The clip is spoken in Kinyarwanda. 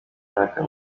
myaka